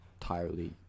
entirely